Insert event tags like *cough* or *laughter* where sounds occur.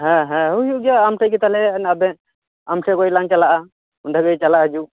ᱦᱮᱸ ᱦᱮᱸ ᱦᱩᱭᱩᱜ ᱜᱮᱭᱟ ᱟᱢᱴᱷᱮᱜ ᱜᱮ ᱛᱟᱦᱚᱞᱮ *unintelligible* ᱟᱢᱴᱷᱮᱱ ᱠᱷᱚᱱ ᱞᱟᱝ ᱪᱟᱞᱟᱜᱼᱟ ᱚᱸᱰᱮ ᱜᱮ ᱪᱟᱞᱟᱜ ᱦᱤᱡᱩᱜ